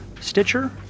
Stitcher